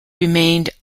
remained